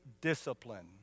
discipline